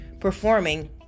performing